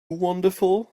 wonderful